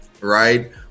Right